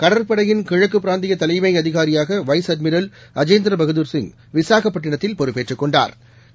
கடற்படையின் கிழக்குபிராந்தியதலைமைஅதிகாரியாக vice admiral Ajendra Bahadur Singh விசாகப்பட்டினத்தில் பொறுப்பேற்றுக் கொண்டாா்